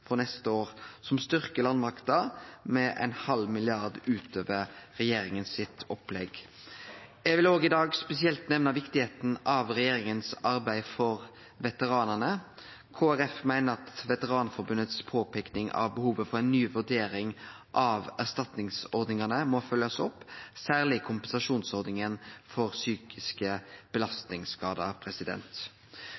for neste år, som styrkjer landmakta med 0,5 mrd. kr utover regjeringa sitt opplegg. Eg vil i dag òg spesielt nemna viktigheita av regjeringa sitt arbeid for veteranane. Kristeleg Folkeparti meiner at Veteranforbundet si påpeiking av behovet for ei ny vurdering av erstatningsordningane må følgjast opp, særleg kompensasjonsordninga for psykiske